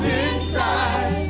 inside